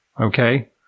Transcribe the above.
Okay